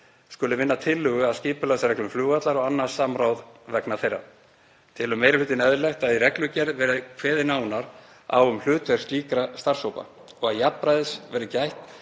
skuli vinna tillögu að skipulagsreglum flugvallar og annast samráð vegna þeirra. Telur meiri hlutinn eðlilegt að í reglugerð verði kveðið nánar á um hlutverk slíkra starfshópa og að jafnræðis verði gætt